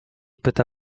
pyta